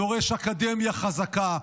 דורש אקדמיה חזקה,